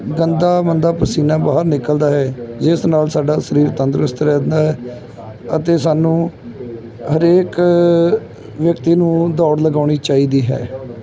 ਗੰਦਾ ਮੰਦਾ ਪਸੀਨਾ ਬਾਹਰ ਨਿਕਲਦਾ ਹੈ ਜਿਸ ਨਾਲ ਸਾਡਾ ਸਰੀਰ ਤੰਦਰੁਸਤ ਰਹਿੰਦਾ ਹੈ ਅਤੇ ਸਾਨੂੰ ਹਰੇਕ ਵਿਅਕਤੀ ਨੂੰ ਦੌੜ ਲਗਾਉਣੀ ਚਾਹੀਦੀ ਹੈ